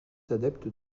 adeptes